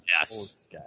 Yes